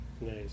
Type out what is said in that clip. Nice